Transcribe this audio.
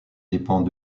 dépend